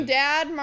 dad